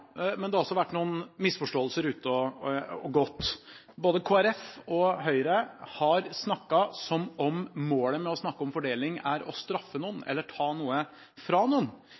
men det har også vært noen misforståelser ute og gått. Både Kristelig Folkeparti og Høyre har snakket som om målet med å snakke om fordeling er å straffe noen eller ta noe fra noen.